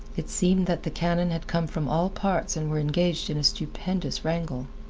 it seemed that the cannon had come from all parts and were engaged in a stupendous wrangle.